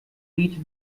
reach